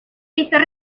pisos